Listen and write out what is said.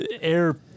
Air